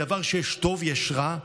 בדבר שיש בו טוב, יש רע,